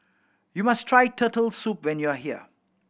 you must try Turtle Soup when you are here